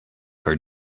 heard